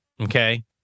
Okay